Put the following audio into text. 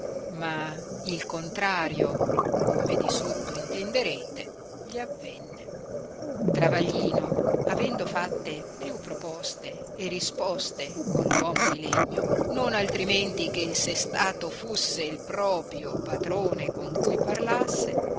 ma il contrario come di sotto intenderete gli avenne travaglino avendo fatte più proposte e risposte con t uomo di legno non altrimenti che se stato fusse il propio patrone con cui parlasse